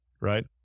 right